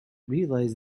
realise